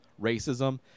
racism